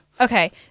Okay